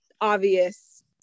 obvious